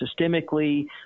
systemically